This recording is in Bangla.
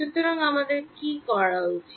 সুতরাং আমাদের কী করা উচিত